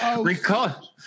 recall